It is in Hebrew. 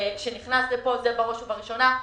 זה בראש ובראשונה,